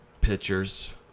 pictures